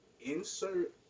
Insert